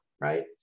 right